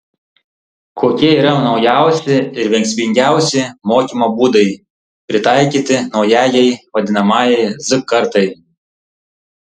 kokie yra naujausi ir veiksmingiausi mokymo būdai pritaikyti naujajai vadinamajai z kartai